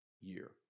year